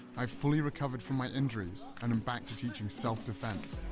i fully recovered from my injuries, and i'm back to teaching self-defense.